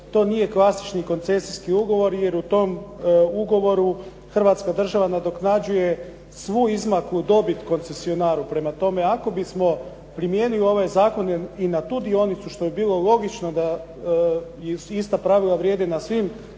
to nije klasični koncesijski ugovor jer u tom ugovoru Hrvatska država nadoknađuje svu izmaklu dobit koncesionaru, prema tome, ako bismo primijenili ovaj zakon i na tu dionicu, što je bilo logično da ista pravila vrijede na svim